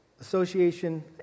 association